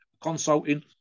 consulting